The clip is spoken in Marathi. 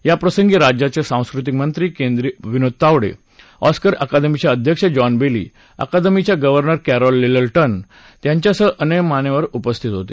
याप्रसंगी राज्याचे सांस्कृतिक कार्यमंत्री विनोद तावडे ऑस्कर अकादमीचे अध्यक्ष जॉन बेली अकादमीच्या गव्हर्नर कॅरॉल लिटलटन यांच्यासह अन्य मान्यवर उपस्थित होते